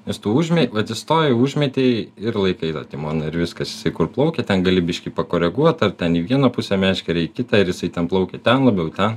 nes tu užmet atsistojai užmetei ir laikai tą timoną ir viskas kur plaukia ten gali biškį pakoreguot ar ten į vieną pusę meškerę į kitą ir jisai ten plaukia ten labiau ta